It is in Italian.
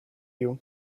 you